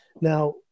Now